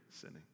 sinning